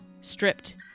Stripped